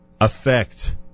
affect